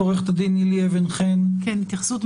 עורכת הדין נילי אבן חן, בבקשה.